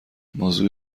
موضوع